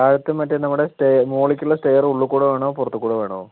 താഴത്തെ മറ്റേ നമ്മുടെ മുകളിലേക്കുള്ള സ്റ്റെയർ ഉള്ളിൽകൂടെ വേണോ പുറത്തുകൂടെ വേണോ